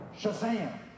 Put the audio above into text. shazam